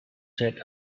said